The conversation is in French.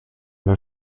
pas